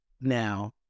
Now